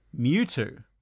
Mewtwo